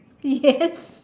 yes